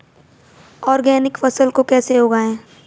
Organic फसल को कैसे उगाएँ?